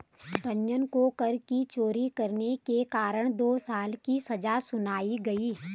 रंजन को कर की चोरी करने के कारण दो साल की सजा सुनाई गई